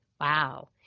Wow